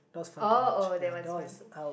oh oh there was fun to watch